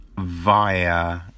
Via